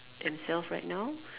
themselves right now